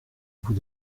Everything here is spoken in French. vous